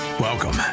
Welcome